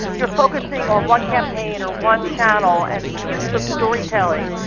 you're focusing on one campaign or one channel, and the use of storytelling.